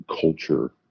culture